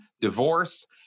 divorce